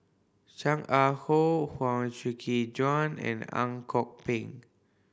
Chan Ah How Huang Shiqi Joan and Ang Kok Peng